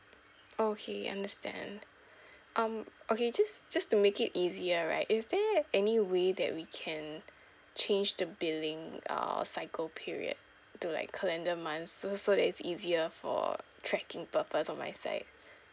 okay understand um okay just just to make it easier right is there any way that we can change the billing uh cycle period to like calendar month so so that it's easier for tracking purpose on my side